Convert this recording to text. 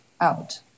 out